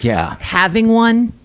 yeah having one,